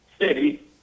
City